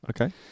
Okay